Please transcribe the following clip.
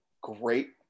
great